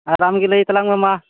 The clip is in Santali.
ᱟᱨ ᱟᱢᱜᱮ ᱞᱟᱹᱭ ᱛᱟᱞᱟᱝ ᱢᱮ ᱢᱟ